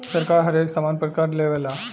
सरकार हरेक सामान पर कर लेवेला